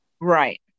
right